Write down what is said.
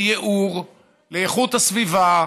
לייעור, לאיכות הסביבה,